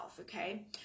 Okay